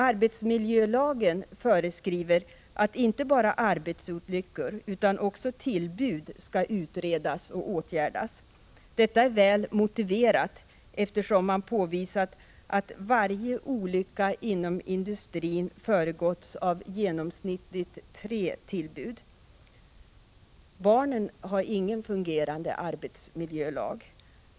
Arbetsmiljölagen föreskriver att inte bara arbetsolyckor utan även tillbud skall utredas och åtgärdas. Detta är väl motiverat, eftersom man påvisat att varje olycka inom industrin föregåtts av genomsnittligt tre tillbud. Barnen har ingen fungerande arbetsmiljölag.